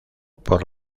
por